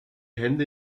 hände